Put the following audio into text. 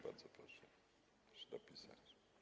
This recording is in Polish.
Bardzo proszę się dopisać.